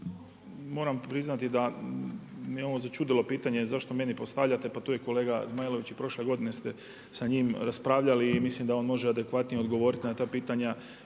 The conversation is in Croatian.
Moram priznati da me ovo začudilo pitanje, zašto meni postavljate, pa tu je kolega Zmajlović i prošle godine ste sa njim raspravljali i mislim da on može adekvatnije odgovoriti na ta pitanja.